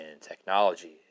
technology